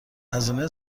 هزینه